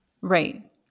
Right